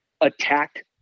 attacked